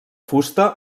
fusta